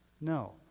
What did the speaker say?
No